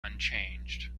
unchanged